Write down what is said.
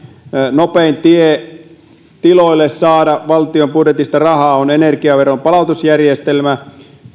nopein tie saada valtion budjetista rahaa tiloille on energiaveron palautusjärjestelmä